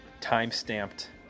time-stamped